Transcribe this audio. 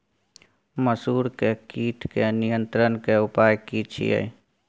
मसूर के कीट के नियंत्रण के उपाय की छिये?